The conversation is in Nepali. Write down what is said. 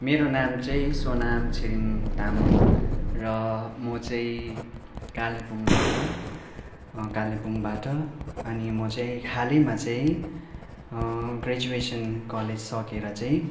मेरो नाम चाहिँ सोनाम छिरिङ्ग तामाङ र म चाहिँ कालिम्पोङबाट कालिम्पोङबाट अनि म चाहिँ हालैमा चाहिँ ग्रेजुएसन कलेज सकेर चाहिँ